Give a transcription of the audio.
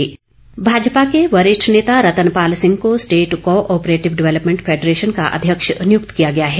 अध्यक्ष नियुक्त भाजपा के वरिष्ठ नेता रतन पाल सिंह को स्टेट कोऑपरेटिव डेवलपमेंट फैडरेशन का अध्यक्ष नियुक्त किया गया है